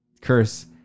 curse